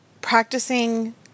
practicing